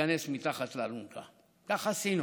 להיכנס מתחת לאלונקה, כך עשינו.